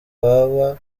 baba